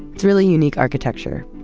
it's really unique architecture,